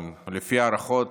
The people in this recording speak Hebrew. לפי ההערכות,